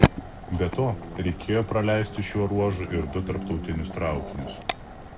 be to reikėjo praleisti šiuo ruožu ir du tarptautinius traukinius